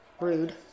Rude